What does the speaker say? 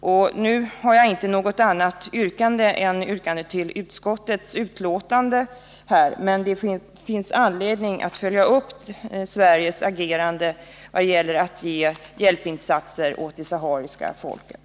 Jag har inte något annat yrkande än ett yrkande om bifall till utskottets hemställan, men jag vill säga att det finns anledning att följa upp Sveriges agerande när det gäller att göra hjälpinsatser för det sahariska folket.